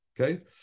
Okay